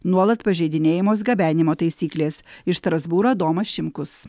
nuolat pažeidinėjamos gabenimo taisyklės iš strasbūro adomas šimkus